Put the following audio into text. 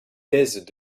thèse